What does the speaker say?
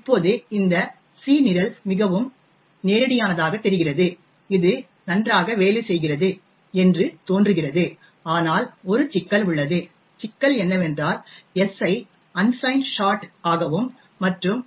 இப்போது இந்த சி நிரல் மிகவும் நேரடியானதாகத் தெரிகிறது அது நன்றாக வேலை செய்கிறது என்று தோன்றுகிறது ஆனால் ஒரு சிக்கல் உள்ளது சிக்கல் என்னவென்றால் s ஐ அன்சைன் ஷார்ட் ஆகவும் மற்றும்